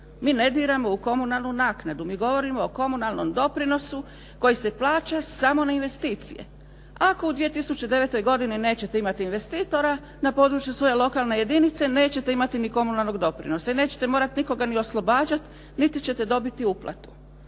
mi ne diramo u komunalnu naknadu, mi govorimo o komunalnom doprinosu koji se plaća samo na investicije. Ako u 2009. godini nećete imati investitora, na području svoje lokalne jedinice nećete imati niti komunalnog doprinosa i nećete morati nikoga niti oslobađati niti ćete dobiti uplatu.